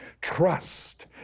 trust